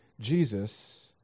Jesus